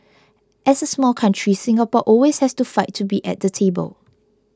as a small country Singapore always has to fight to be at the table